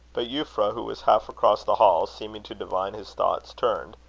but euphra, who was half-across the hall, seeming to divine his thoughts, turned,